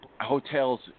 hotels